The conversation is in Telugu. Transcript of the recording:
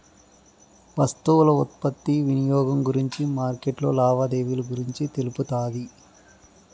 వస్తువుల ఉత్పత్తి వినియోగం గురించి మార్కెట్లో లావాదేవీలు గురించి తెలుపుతాది